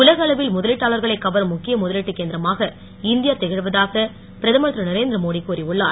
உலக அளவில் முதலீட்டாளர்களைக் கவரும் முக்கிய முதலீட்டுக் கேந்திரமாக இந்தியா திகழ்வதாக பிரதமர் திரு நரேந்திர மோடி கூறியுள்ளார்